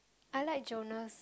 I like Jonas